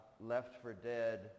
left-for-dead